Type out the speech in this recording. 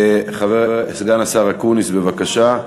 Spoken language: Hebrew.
סגן השר אקוניס, בבקשה.